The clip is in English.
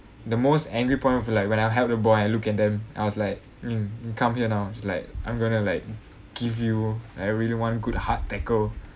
the most angry point of like when I held the boy and look at them I was like mm come here now it's like I'm gonna like give you everyone good hard tackle